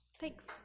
Thanks